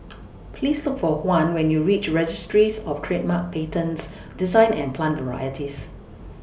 Please Look For Juan when YOU REACH Registries of Trademarks Patents Designs and Plant Varieties